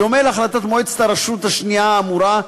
בדומה להחלטת מועצת הרשות השנייה האמורה,